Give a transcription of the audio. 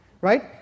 right